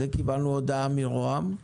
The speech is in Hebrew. קיבלנו הודעה מראש הממשלה.